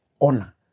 honor